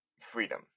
freedom